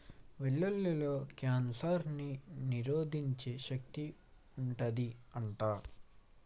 వెల్లుల్లిలో కాన్సర్ ని నిరోధించే శక్తి వుంటది అంట